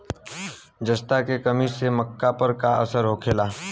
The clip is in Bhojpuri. जस्ता के कमी से मक्का पर का असर होखेला?